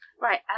Right